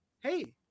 Hey